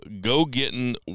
go-getting